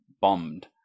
bombed